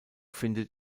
findet